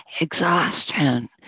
exhaustion